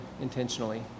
intentionally